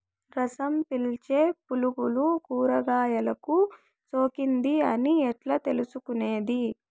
రసం పీల్చే పులుగులు కూరగాయలు కు సోకింది అని ఎట్లా తెలుసుకునేది?